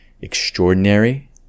extraordinary